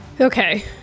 Okay